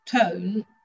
tone